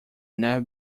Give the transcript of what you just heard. never